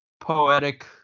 poetic